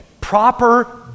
Proper